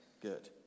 Good